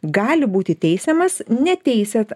gali būti teisiamas neteisiat